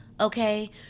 okay